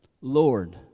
Lord